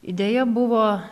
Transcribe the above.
idėja buvo